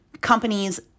companies